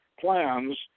plans